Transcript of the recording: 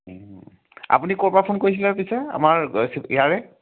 আপুনি ক'ৰপৰা ফোন কৰিছিলে পিছে আমাৰ ইয়াৰে